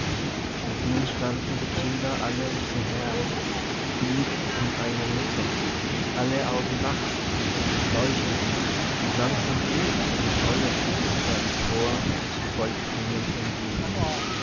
und nun standen die kinder alle um sie her wie um eine mutter alle augen lachten und leuchteten und langsam wuchs ihr scheues gewisper empor zu vollklingendem jubel